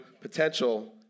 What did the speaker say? potential